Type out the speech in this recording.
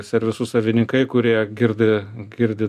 servisų savininkai kurie girdi girdi